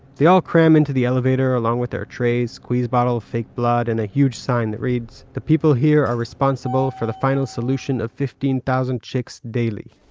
they all cram into the elevator along with their trays, squeeze bottles of fake blood, and a huge sign that reads the people here are responsible for the final solution of fifteen thousand chicks every